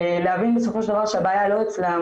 להבין בסופו של דבר שהבעיה לא אצלם,